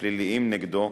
הפליליים נגדו,